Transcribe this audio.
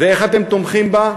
ואיך אתם תומכים בה?